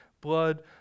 blood